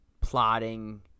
plotting